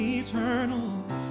eternal